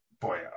boy